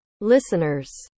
listeners